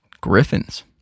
griffins